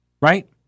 right